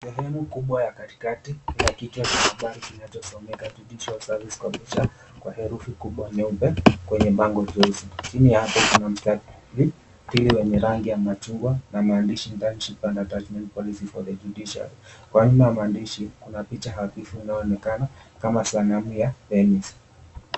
Sehemu kubwa ya katikati ya kichwa cha habari kinachosomeka, "Judicial Service Commission," kwa herufi kubwa nyeupe kwenye bango jeusi, chini yake kuna mistari miwili yenye rangi ya machungwa na maandishi, "Internship attachment policy for the judiciary," nyuma ya maandishi kuna picha hafifu inayoonekana kama sanamu ya henis.